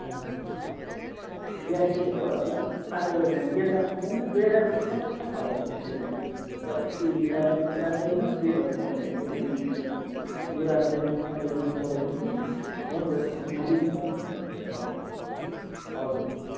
gas पनि भयो होला आजकलको नानी बेलुका खाँदैन दुइवटा रोटी मात्र खाएर सुत्छ त्यो नानी जति कराए पनि मान्दैन के गर्नु पर्ने हो खोइ कुनि गुरुआमाले यसो सम्झाइदिए हुन्थ्यो हुन्छ त्यसो भए म लिनु त आउँछु नि हजुर हजुर